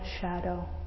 shadow